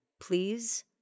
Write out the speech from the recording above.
please